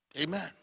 Amen